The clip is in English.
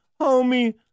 homie